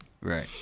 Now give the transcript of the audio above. Right